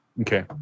Okay